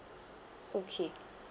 okay